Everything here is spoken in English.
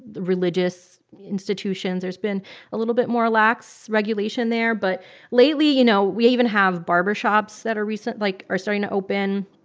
religious institutions. there's been a little bit more lax regulation there but lately, you know, we even have barbershops that are recent like, are starting to open,